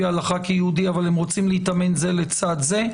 ההלכה כיהודי אבל הם רוצים להיטמן זה לצד זה?